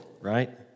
right